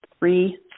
three